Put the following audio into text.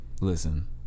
Listen